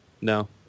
No